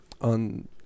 on